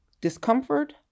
discomfort